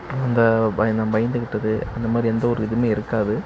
அந்த பயந்த நான் பயந்துக்கிட்டது அந்த மாதிரி எந்த ஒரு இதுவுமே இருக்காது